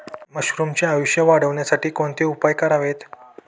मशरुमचे आयुष्य वाढवण्यासाठी कोणते उपाय करावेत?